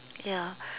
ya